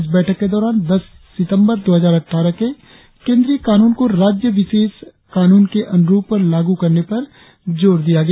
इस बैठक के दौरान दस सितंबर दो हजार अटठारह के केंद्रीय कानून को राज्य विशेष कानून के अनुरुप लागू करने पर जोर दिया गया